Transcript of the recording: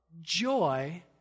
Joy